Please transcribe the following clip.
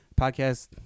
podcast